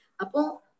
Apo